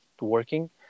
working